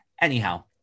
anyhow